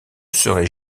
serait